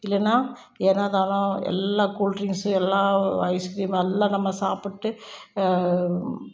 இல்லைனா ஏனோ தானோ எல்லா கூல் டிரிங்ஸ் எல்லா ஐஸ் கிரீம் எல்லாம் நம்ம சாப்பிட்டு